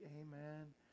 Amen